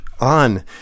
on